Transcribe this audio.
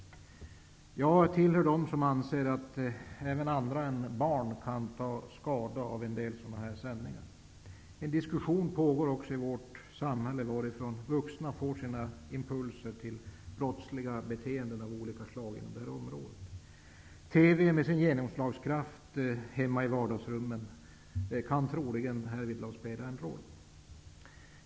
Jag tillhör dem som anser att även andra än barn kan ta skada av en del sådana här sändningar. En diskussion pågår också i vårt samhälle om varifrån vuxna får sina impulser till brottsliga beteenden av olika slag. TV med sin genomslagskraft hemma i vardagsrummen kan troligen härvidlag spela en roll.